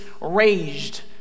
raged